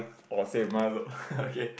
or say is my look okay